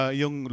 yung